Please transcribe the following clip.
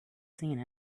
seen